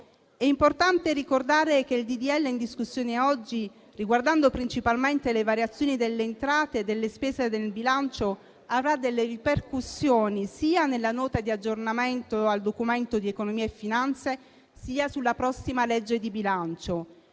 È importante ricordare che il disegno di legge in discussione, riguardando principalmente le variazioni delle entrate e delle spese nel bilancio, avrà delle ripercussioni sia nella Nota di aggiornamento del Documento di economia e finanza, sia sulla prossima legge di bilancio